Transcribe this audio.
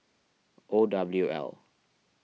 O W L